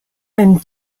même